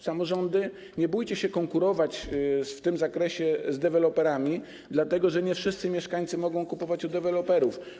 Samorządy, nie bójcie się konkurować w tym zakresie z deweloperami, dlatego że nie wszyscy mieszkańcy mogą kupować u deweloperów.